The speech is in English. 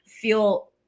feel